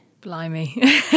Blimey